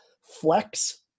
Flex